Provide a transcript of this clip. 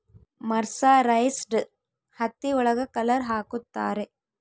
mercerised ಹತ್ತಿ ಒಳಗ colour ಹಾಕುತ್ತಾರೆ